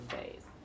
days